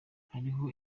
hariho